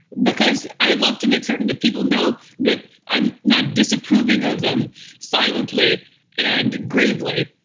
because i love to make certain that people know that i'm not disapproving of them silently and gravely.